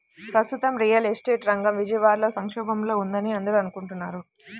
ప్రస్తుతం real estate రంగం విజయవాడలో సంక్షోభంలో ఉందని అందరూ అనుకుంటున్నారు